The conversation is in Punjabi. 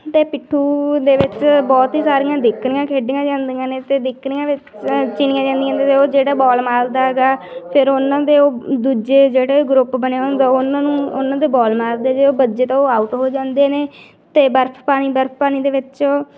ਅਤੇ ਪਿੱਠੂ ਦੇ ਵਿੱਚ ਬਹੁਤ ਹੀ ਸਾਰੀਆਂ ਦਿਕਣੀਆਂ ਖੇਡੀਆਂ ਜਾਂਦੀਆਂ ਨੇ ਅਤੇ ਦਿਕਣੀਆਂ ਵਿੱਚ ਚਿਣੀਆਂ ਜਾਂਦੀਆਂ ਨੇ ਅਤੇ ਉਹ ਜਿਹੜਾ ਬੋਲ ਮਾਰ ਦਾ ਹੈਗਾ ਫਿਰ ਉਹਨਾਂ ਦੇ ਉਹ ਦੂਜੇ ਜਿਹੜੇ ਗਰੁੱਪ ਬਣੇ ਹੁੰਦੇ ਉਹਨਾਂ ਨੂੰ ਉਹਨਾਂ ਦੇ ਬੋਲ ਮਾਰਦੇ ਹੈਗੇ ਜੇ ਉਹ ਵੱਜੇ ਤਾਂ ਉਹ ਆਊਟ ਹੋ ਜਾਂਦੇ ਨੇ ਅਤੇ ਬਰਫ ਪਾਣੀ ਬਰਫ ਪਾਣੀ ਦੇ ਵਿੱਚ